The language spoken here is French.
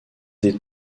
des